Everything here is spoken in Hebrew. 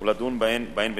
ולדון בהן בנפרד.